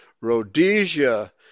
Rhodesia